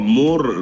more